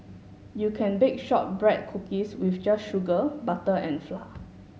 you can bake shortbread cookies with just sugar butter and flour